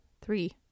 three